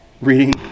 reading